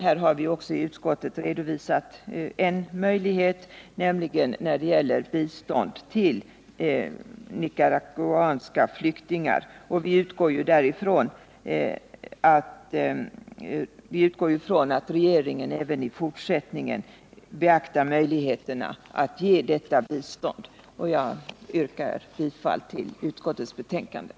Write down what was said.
Här har vi också i utskottet redovisat en möjlighet, nämligen när det gäller bistånd till nicaraguanska flyktingar. Vi utgår ifrån att regeringen även i fortsättningen 93 Onsdagen den Herr talman! Jag yrkar bifall till utskottets hemställan.